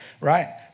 right